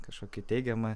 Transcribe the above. kažkokį teigiamą